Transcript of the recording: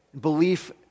belief